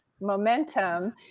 momentum